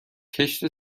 کشت